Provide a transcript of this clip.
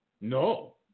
No